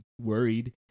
worried